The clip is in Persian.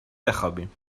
بخوابیم